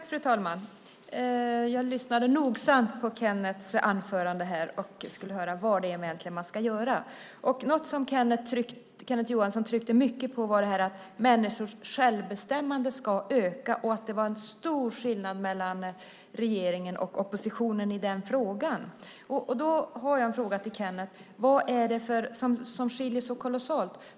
Fru talman! Jag lyssnade nogsamt på Kenneths anförande här och skulle vilja höra vad det egentligen är man ska göra. Något som Kenneth Johansson tryckte mycket på var detta att människors självbestämmande ska öka och att det är en stor skillnad mellan regeringen och oppositionen i den frågan. Då har jag en fråga till Kenneth: Vad är det som skiljer så kolossalt?